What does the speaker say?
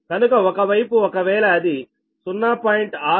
కనుక ఒకవైపు ఒకవేళ అది 0